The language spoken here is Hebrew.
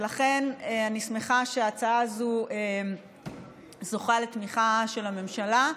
ולכן אני שמחה שההצעה הזאת זוכה לתמיכה של הממשלה.